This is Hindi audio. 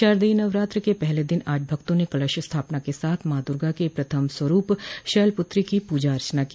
शारदीय नवरात्र के पहले दिन आज भक्तों ने कलश स्थापना के साथ मॉ दूर्गा के प्रथम स्वरूप शैलपुत्री की पूजा अर्चना की